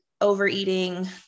overeating